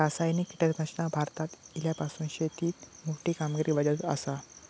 रासायनिक कीटकनाशका भारतात इल्यापासून शेतीएत मोठी कामगिरी बजावत आसा